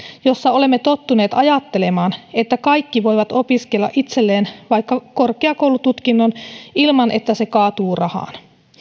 jossa olemme tottuneet ajattelemaan että kaikki voivat opiskella itselleen vaikka korkeakoulututkinnon ilman että se kaatuu rahaan